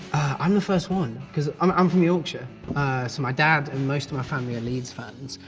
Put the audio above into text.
i'm the first one, cause um i'm from yorkshire. so my dad and most of my family are leeds fans.